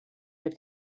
had